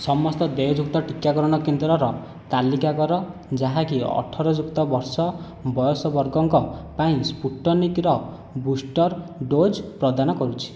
ସମସ୍ତ ଦେୟଯୁକ୍ତ ଟିକାକରଣ କେନ୍ଦ୍ରର ତାଲିକା କର ଯାହାକି ଅଠର ଯୁକ୍ତ ବର୍ଷ ବୟସ ବର୍ଗଙ୍କ ପାଇଁ ସ୍ପୁଟନିକ୍ର ବୁଷ୍ଟର୍ ଡୋଜ୍ ପ୍ରଦାନ କରୁଛି